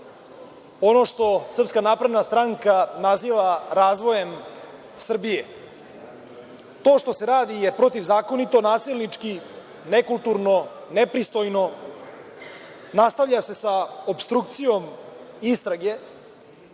ono što SNS naziva razvojem Srbije. To što se radi je protivzakonito, nasilnički, nekulturno, nepristojno. Nastavlja se sa opstrukcijom istrage